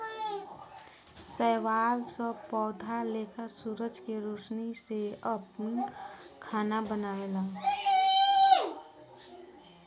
शैवाल सब पौधा लेखा सूरज के रौशनी से आपन खाना बनावेला